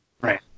Right